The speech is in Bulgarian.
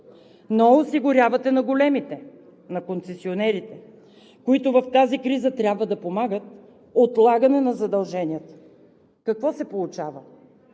Но осигурявате на големите, на концесионерите, които в тази криза трябва да помагат – отлагане на задълженията. Какво се получава?